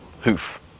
hoof